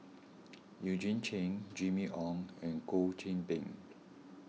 Eugene Chen Jimmy Ong and Goh Qiu Bin